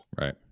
Right